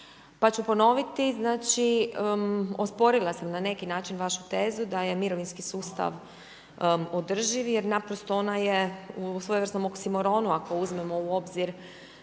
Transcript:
Pa ću ponoviti, osporila sam na neki način vašu tezu da je mirovinski sustav održiv jer naprosto ona je u svojevrsnom oksimoronu ako uzmemo u obzir